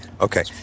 okay